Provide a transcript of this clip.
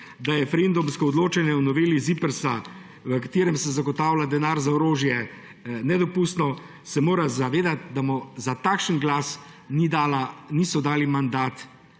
da je referendumsko odločanje o noveli ZIPRS, v katerem se zagotavlja denar za orožje nedopustno, se mora zavedati, da mu za takšen glas niso dali mandata